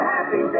Happy